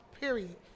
Period